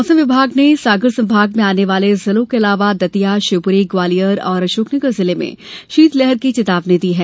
मौसम विभाग ने सागर संभाग में आने वाले जिलों के अलावा दतिया शिवपुरी ग्वालियर और अशोकनगर जिले में शीतलहर की चेतावनी दी है